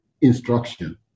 instruction